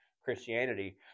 Christianity